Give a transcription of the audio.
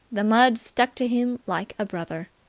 the mud stuck to him like a brother.